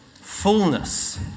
fullness